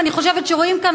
ואני חושבת שרואים כאן,